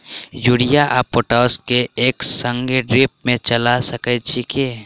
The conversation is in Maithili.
यूरिया आ पोटाश केँ एक संगे ड्रिप मे चला सकैत छी की?